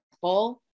full